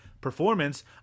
performance